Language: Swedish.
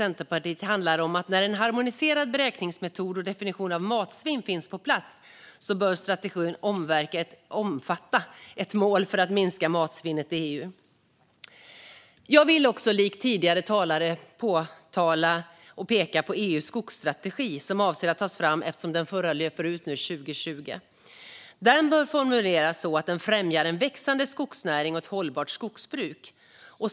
När en harmoniserad beräkningsmetod och definition av matsvinn finns på plats bör strategin också omfatta ett mål för att minska matsvinnet i EU - något som är viktigt för Centerpartiet. Jag vill också likt tidigare talare peka på EU:s skogsstrategi som man avser att ta fram, eftersom den förra löper ut 2020. Den bör formuleras så att den främjar en växande skogsnäring och ett hållbart skogsbruk.